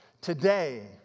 Today